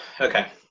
okay